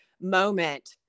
moment